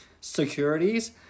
securities